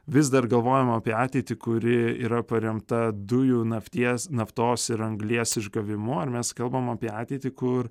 vis dar galvojam apie ateitį kuri yra paremta dujų nafties naftos ir anglies išgavimu ar mes kalbam apie ateitį kur